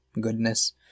goodness